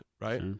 Right